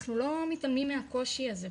אנחנו לא מתעלמים מהקושי הזה,